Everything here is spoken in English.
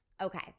Okay